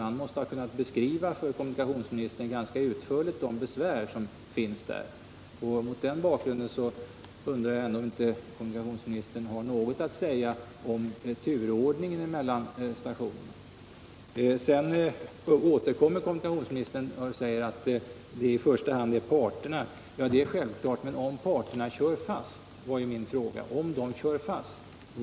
Denne måste för kommunikationsministern ha kunnat beskriva ganska utförligt de besvär man har där. — Mot den bakgrunden undrar jag om inte kommunikationsministern har något att säga om turordningen mellan stationerna. Sedan återkommer kommunikationsministern och säger att det i första hand är parterna som skall avgöra dessa frågor. Det är självklart, men om parterna kör fast, löd min fråga, vad gör kommunikationsministern då?